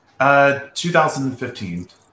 2015